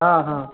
हँ हँ